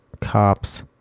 Cops